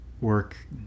work